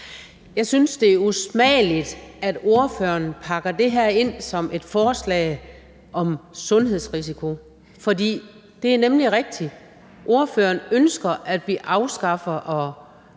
Jeg synes, det er usmageligt, at ordføreren pakker det her ind som et forslag om sundhedsrisiko. For det er nemlig rigtigt: Ordføreren ønsker, at vi afskaffer og